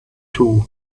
two